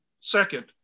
Second